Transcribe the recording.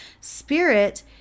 Spirit